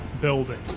building